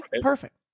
perfect